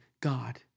God